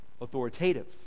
authoritative